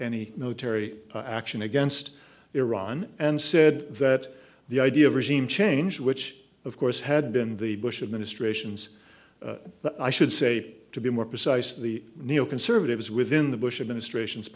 any military action against iran and said that the idea of regime change which of course had been the bush administration's i should say to be more precise the neoconservatives within the bush administration's